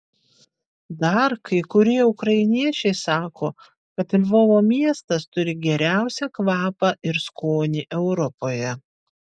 dar kai kurie ukrainiečiai sako kad lvovo miestas turi geriausią kvapą ir skonį europoje